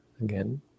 again